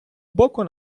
боку